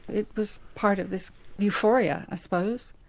it was part of this euphoria i suppose.